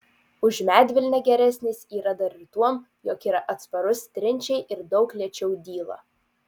už medvilnę geresnis yra dar ir tuom jog yra atsparus trinčiai ir daug lėčiau dyla